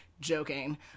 joking